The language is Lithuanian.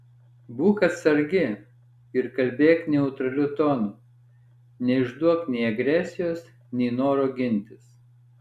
būk atsargi ir kalbėk neutraliu tonu neišduok nei agresijos nei noro gintis